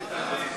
בבקשה.